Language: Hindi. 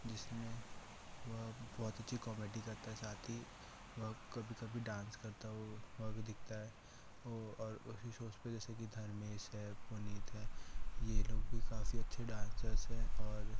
जिसमें वह बहुत अच्छी कॉमेडी करता है साथ ही वह कभी कभी डांस करता हुआ भी दिखाता है वो और उसी शोज पर जैसे कि धर्मेश है पुनीत है ये लोग भी काफ़ी अच्छे डांसर हैं और